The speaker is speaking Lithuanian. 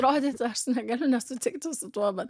rodyti aš negaliu nesutikti su tuo bet